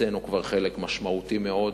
הוצאנו כבר חלק משמעותי מאוד,